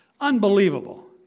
unbelievable